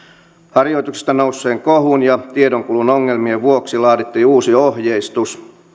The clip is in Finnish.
harjoituksista nousseen kohun ja tiedonkulun ongelmien vuoksi laadittiin uusi ohjeistus